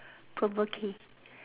provoking